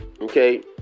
Okay